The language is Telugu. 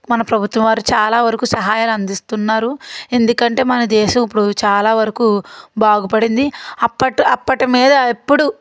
మన ప్రభుత్వం వారు చాలా వరకు సహాయాలు అందిస్తున్నారు ఎందుకంటే మన దేశం ఇప్పుడు చాలా వరకు బాగుపడింది అప్పటి అప్పటి మీద ఇప్పుడు